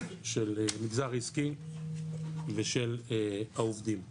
של מגזר עסקי ושל העובדים.